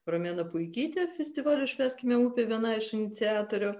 romena puikytė festivalio švęskime upę viena iš iniciatorių